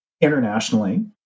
internationally